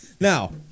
Now